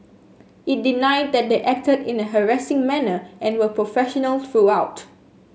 it denied that they acted in a harassing manner and were professional throughout